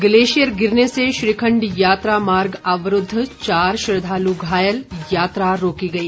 glacier गिरने से श्रीखण्ड यात्रा मार्ग अवरूद्व चार श्रद्दालु घायल यात्रा रोकी गई